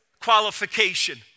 qualification